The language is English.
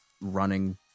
running